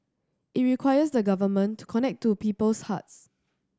it requires the Government to connect to people's hearts